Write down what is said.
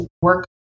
work